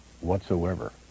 whatsoever